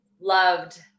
loved